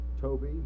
Toby